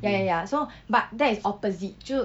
ya ya ya so but that is opposite 就